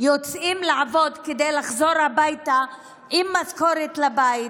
יוצאים לעבוד כדי לחזור הביתה עם משכורת לבית,